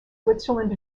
switzerland